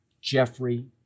Jeffrey